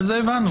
זה הבנו.